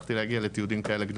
הצלחתי להגיע להרבה תיעודים.